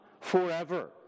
Forever